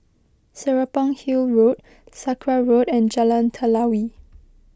Serapong Hill Road Sakra Road and Jalan Telawi